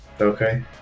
Okay